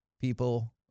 people